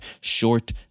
short